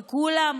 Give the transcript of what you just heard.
וכולם,